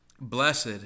Blessed